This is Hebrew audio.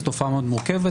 זו תופעה מאוד מורכבת.